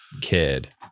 kid